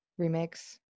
remix